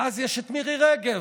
ואז יש את מירי רגב.